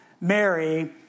Mary